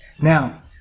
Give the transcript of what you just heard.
Now